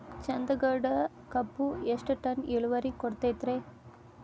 ಚಂದಗಡ ಕಬ್ಬು ಎಷ್ಟ ಟನ್ ಇಳುವರಿ ಕೊಡತೇತ್ರಿ?